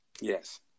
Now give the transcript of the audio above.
Yes